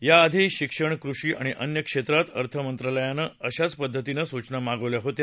याआधी शिक्षण कृषी आणि अन्य क्षेत्रात अर्थमंत्रालयानं अशा पद्धतीच्या सूचना मागवल्या होत्या